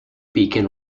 beacon